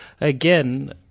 Again